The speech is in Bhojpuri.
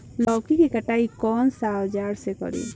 लौकी के कटाई कौन सा औजार से करी?